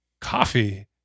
coffee